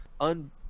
un